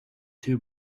two